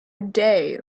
day